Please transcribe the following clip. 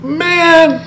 man